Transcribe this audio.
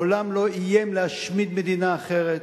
מעולם לא איים להשמיד מדינה אחרת,